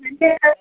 नीचा आउ